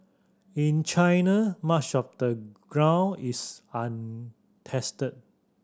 in China much of the ground is untested